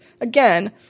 again